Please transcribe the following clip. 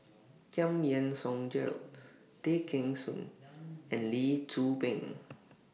Giam Yean Song Gerald Tay Kheng Soon and Lee Tzu Pheng